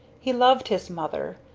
he loved his mother,